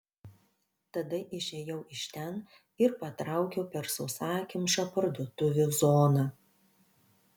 tada išėjau iš ten ir patraukiau per sausakimšą parduotuvių zoną